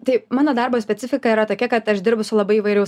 tai mano darbo specifika yra tokia kad aš dirbu su labai įvairaus